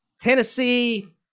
Tennessee